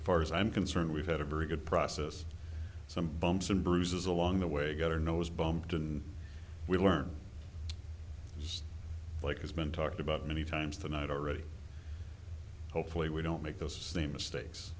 far as i'm concerned we've had a very good process some bumps and bruises along the way get her nose bumped and we learn just like has been talked about many times tonight already hopefully we don't make those same mistakes